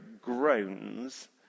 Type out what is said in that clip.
groans